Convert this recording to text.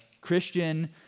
Christian